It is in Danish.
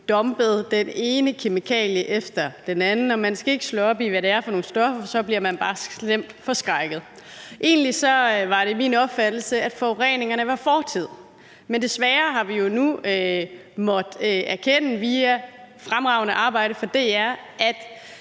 dumpede det ene kemikalie efter det andet, og man skal ikke slå op i, hvad det er for nogle stoffer, for så bliver man bare slemt forskrækket. Egentlig var det min opfattelse, at forureningerne var fortid, men desværre har vi jo nu måttet erkende via fremragende arbejde af DR, at